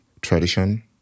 tradition